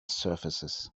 surfaces